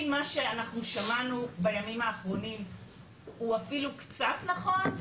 אם מה שאנחנו שמענו בימים האחרונים הוא אפילו קצת נכון,